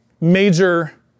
major